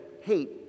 hate